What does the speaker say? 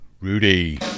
Rudy